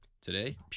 Today